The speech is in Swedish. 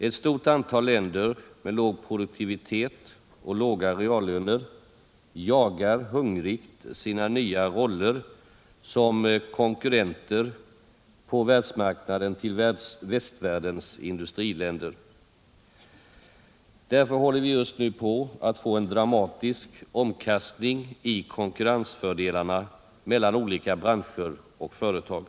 Ett stort antal länder med låg produktivitet och låga reallöner jagar hungrigt sina nya roller som konkurrenter på världsmarknaden till västvärldens industriländer. Därför håller vi just nu på att få en dramatisk omkastning i konkurrensfördelarna mellan olika branscher och företag.